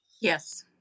Yes